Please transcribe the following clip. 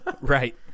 Right